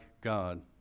God